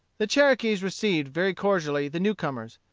the cherokees received very cordially the newcomers,